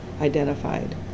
identified